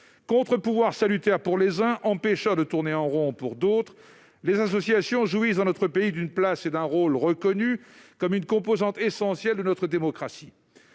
Contre-pouvoirs salutaires pour les uns, empêcheurs de tourner en rond pour d'autres, les associations jouissent dans notre pays d'une place et d'un rôle reconnus, qui font d'elles des composantes essentielles de notre démocratie.